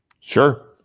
Sure